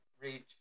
Reach